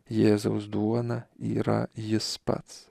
jėzaus duona yra jis pats